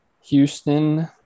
Houston